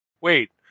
wait